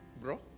Bro